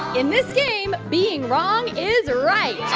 in this game, being wrong is right yeah